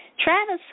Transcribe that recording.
Travis